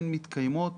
הן מתקיימות